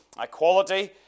equality